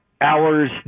Hours